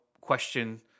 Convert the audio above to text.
question